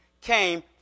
came